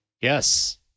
Yes